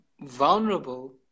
Vulnerable